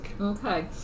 Okay